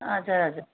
हजुर हजुर